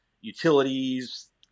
utilities